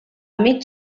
mig